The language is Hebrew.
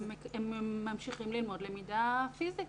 הם ממשיכים ללמוד למידה פיזית.